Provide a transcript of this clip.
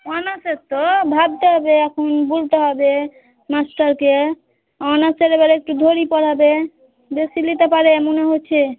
অনার্সের তো ভাবতে হবে এখন বুঝতে হবে মাস্টারকে অনার্সের এবারের একটু ধরিই পড়াবে বেশি নিতে পারে মনে হচ্ছে